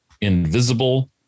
Invisible